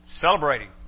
celebrating